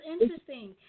interesting